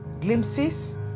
Glimpses